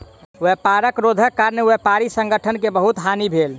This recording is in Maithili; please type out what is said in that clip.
व्यापार रोधक कारणेँ व्यापारी संगठन के बहुत हानि भेल